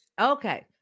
Okay